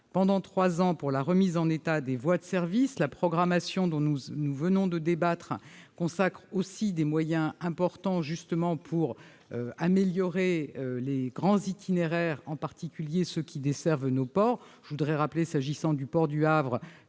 pendant trois ans pour la remise en état des voies de service. La programmation, dont nous venons de débattre, prévoit aussi des moyens importants pour améliorer les grands itinéraires, en particulier ceux qui desservent nos ports. S'agissant du port du Havre,